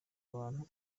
abantu